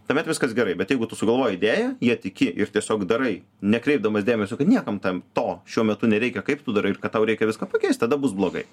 tuomet viskas gerai bet jeigu tu sugalvoji idėją ja tiki ir tiesiog darai nekreipdamas dėmesio kad niekam tam to šiuo metu nereikia kaip tu darai ir kad tau reikia viską pakeist tada bus blogai